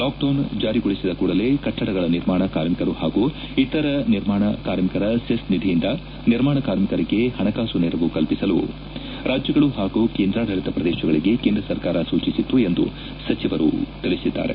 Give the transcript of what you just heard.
lockdown ಜಾರಿಗೊಳಿಸಿದ ಕೂಡಲೇ ಕಟ್ಟಡಗಳ ನಿರ್ಮಾಣ ಕಾರ್ಮಿಕರು ಹಾಗೂ ಇತರ ನಿರ್ಮಾಣ ಕಾರ್ಮಿಕರ ಸೆಸ್ ನಿಧಿಯಿಂದ ನಿರ್ಮಾಣ ಕಾರ್ಮಿಕರಿಗೆ ಪಣಕಾಸು ನೆರವು ಕಲ್ಪಿಸಲು ರಾಜ್ಗಳು ಹಾಗೂ ಕೇಂದ್ರಾಡಳಿತ ಪ್ರದೇಶಗಳಿಗೆ ಕೇಂದ್ರ ಸರ್ಕಾರ ಸೂಚಿಸಿತ್ತು ಎಂದು ಸಚಿವರು ತಿಳಿಸಿದ್ದಾರೆ